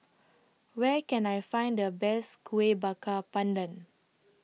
Where Can I Find The Best Kueh Bakar Pandan